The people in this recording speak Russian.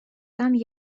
там